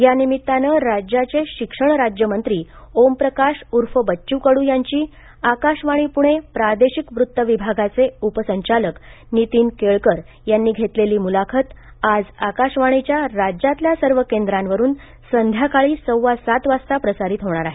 यानिमित्ताने राज्याचे शिक्षण राज्यमंत्री ओमप्रकाश ऊर्फ बच्च् कड्र यांची आकाशवाणी पुणे प्रादेशिक वृत्त विभागाचे उप संचालक नीतीन केळकर यांनी घेतलेली मुलाखत आज आकाशवाणीच्या राज्यातल्या सर्व केंद्रांवरून संध्याकाळी सव्वा सात वाजता प्रसारित होणार आहे